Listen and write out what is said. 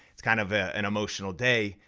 it's kind of an emotional day,